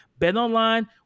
BetOnline